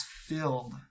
filled